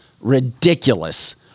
ridiculous